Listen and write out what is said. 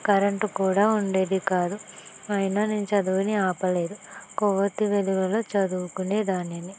current కూడా ఉండేది కాదు అయిన నేను చదవుని ఆపలేదు కొవ్వొత్తి వెలుగులో చదువుకునే దానిని